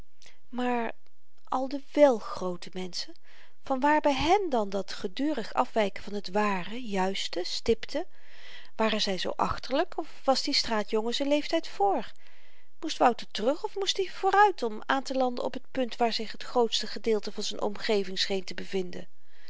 maar al de wèl groote menschen vanwaar by hèn dan dat gedurig afwyken van t ware juiste stipte waren zy zoo achterlyk of was die straatjongen z'n leeftyd vr moest wouter terug of moest i vooruit om aantelanden op t punt waar zich t grootste gedeelte van z'n omgeving scheen te bevinden